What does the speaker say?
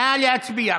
נא להצביע.